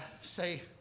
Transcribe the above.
say